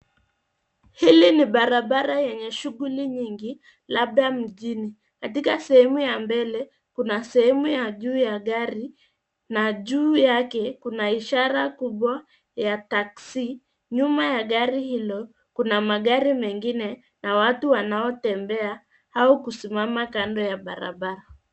Hili ni barabara lenye shughuli nyingi labda mjini. Katika sehemu ya mbele, kuna sehemu ya juu ya gari na juu yake kuna ishara kubwa ya taxi . Nyuma ya gari hilo, kuna magari mengine na watu wanaotembea au kusimama kando ya barabara.